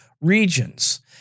regions